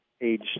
age